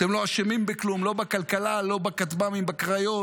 לא אשמים בכלום, לא בכלכלה, לא בכטב"מים בקריות,